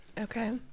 okay